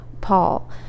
Paul